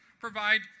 provide